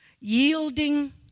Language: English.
yielding